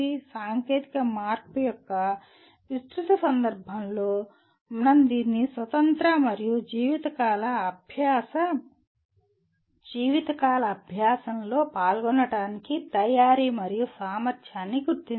సాంకేతిక మార్పు యొక్క విస్తృత సందర్భంలో మనం దీనిని స్వతంత్ర మరియు జీవితకాల అభ్యాస LLL లో పాల్గొనడానికి తయారీ మరియు సామర్థ్యాన్ని గుర్తించండి